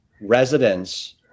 residents